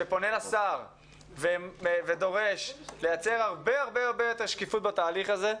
המכתב שפונה לשר ודורש לייצר הרבה יותר שקיפות בתהליך הזה,